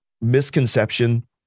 misconception